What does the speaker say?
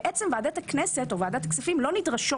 בעצם ועדת הכנסת או ועדת הכספים לא נדרשות